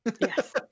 yes